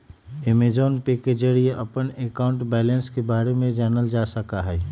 Amazon Pay के जरिए अपन अकाउंट बैलेंस के बारे में जानल जा सका हई